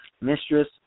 mistress